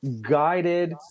guided